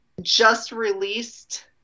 just-released